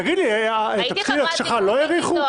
תגיד לי, את הפתיל שלך לא האריכו?